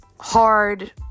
hard